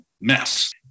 mess